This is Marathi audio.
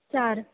चार